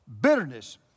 Bitterness